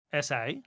SA